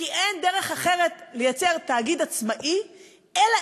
כי אין דרך אחרת לייצר תאגיד עצמאי אלא